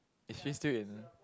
is she still in